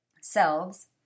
selves